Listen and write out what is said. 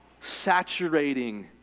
saturating